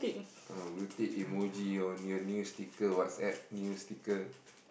uh blue tick emoji or new new sticker WhatsApp new sticker